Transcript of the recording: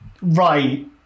Right